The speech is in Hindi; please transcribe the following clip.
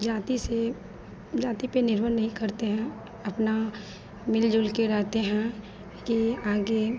जाति से जाति पर निर्भर नहीं करते हैं अपना मिलजुल के रहते हैं कि आगे